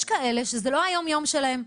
יש כאלה שזה לא היום-יום שלהם.